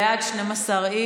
בעד, 12 איש.